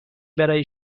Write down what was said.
برای